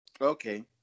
Okay